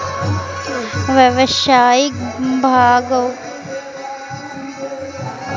व्यावसायिक भांगक उत्पादन सॅ कृषक के बहुत लाभ भेलैन